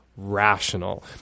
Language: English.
Rational